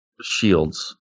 shields